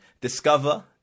Discover